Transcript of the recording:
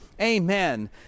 Amen